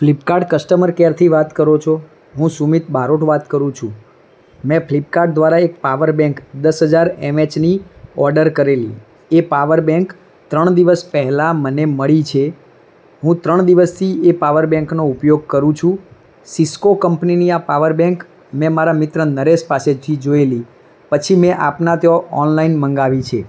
Flipkart customer કેરથી વાત કરો છો હું સુમિત બારોટ વાત કરું છું મેં ફ્લિપકાર્ટ દ્વારા એક પાવર બેંક દસ હજાર એમ એ એચની ઓડર કરેલી એ પાવર બેંક ત્રણ દિવસ પહેલાં મને મળી છે હું ત્રણ દિવસથી એ પાવર બેંકનો ઉપયોગ કરું છું સિસ્કો કમ્પનીની આ પાવર બેંક મેં મારા મિત્ર નરેશ પાસેથી જોયેલી પછી મેં આપના ત્યાં ઓનલાઈન મગાવી છે